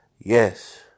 Yes